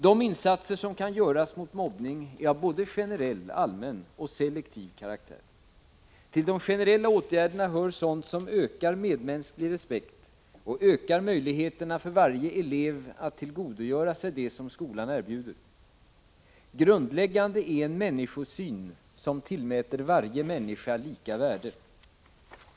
De insatser som kan göras mot mobbning är av både generell och selektiv karaktär. Till de generella åtgärderna hör sådant som ökar medmänsklig respekt och ökar möjligheterna för varje elev att tillgodogöra sig det skolan erbjuder. Grundläggande är en människosyn som tillmäter varje människa lika värde.